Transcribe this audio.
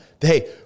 hey